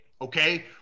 okay